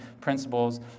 principles